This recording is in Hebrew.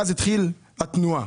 ואז התחילה התנועה.